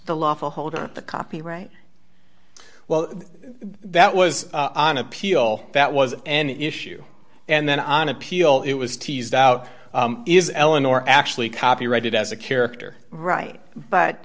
the lawful holder of the copyright well that was on appeal that was an issue and then on appeal it was teased out is eleanor actually copyrighted as a character right but